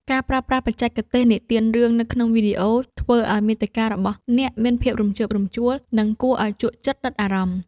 ការប្រើប្រាស់បច្ចេកទេសនិទានរឿងនៅក្នុងវីដេអូ ធ្វើឱ្យមាតិការបស់អ្នកមានភាពរំជើបរំជួល និងគួរឱ្យជក់ចិត្តដិតអារម្មណ៍។